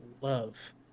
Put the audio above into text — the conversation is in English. love